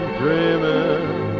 dreaming